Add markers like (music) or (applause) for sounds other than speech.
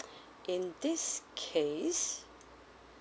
(noise) in this case